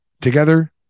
together